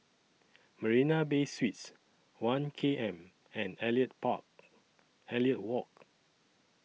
Marina Bay Suites one K M and Elliot Park Elliot Walk